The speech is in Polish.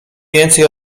więcej